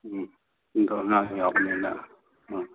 ꯎꯝ ꯑꯗꯣ ꯑꯉꯥꯡꯁꯨ ꯌꯥꯎꯕꯅꯤꯅ ꯎꯝ